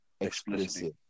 explicit